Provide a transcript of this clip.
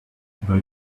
but